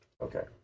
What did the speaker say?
okay